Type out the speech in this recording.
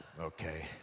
okay